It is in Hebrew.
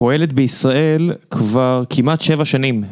פועלת בישראל כבר כמעט שבע שנים